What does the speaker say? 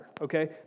Okay